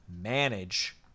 manage—